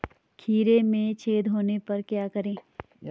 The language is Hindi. खीरे में छेद होने पर क्या करें?